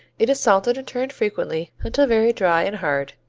it is salted and turned frequently until very dry and hard.